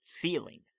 feeling